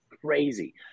crazy